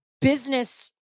business